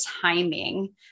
timing